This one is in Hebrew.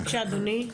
בבקשה, אדוני.